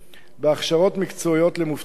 בהכשרות מקצועיות למובטלים,